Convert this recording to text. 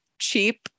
cheap